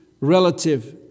relative